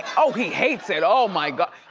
oh, he hates it, oh my, oh,